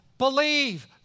Believe